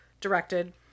directed